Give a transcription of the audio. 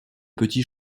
petit